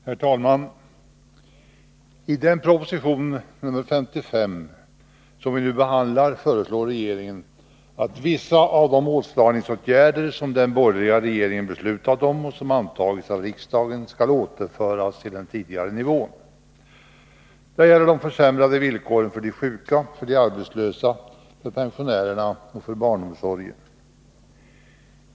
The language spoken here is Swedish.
Herr talman! I propositionen nr 55 föreslår regeringen att vissa av de åtstramningsåtgärder som den borgerliga regeringen beslutat om och som antagits av riksdagen skall återföras till den tidigare nivån. Det gäller de försämrade villkoren för de sjuka, för de arbetslösa, för pensionärerna och för barnomsorgen.